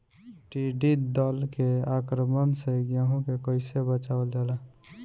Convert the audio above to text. टिडी दल के आक्रमण से गेहूँ के कइसे बचावल जाला?